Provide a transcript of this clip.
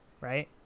right